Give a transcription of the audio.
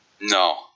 No